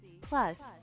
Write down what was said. Plus